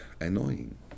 annoying